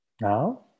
Now